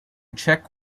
check